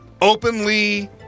openly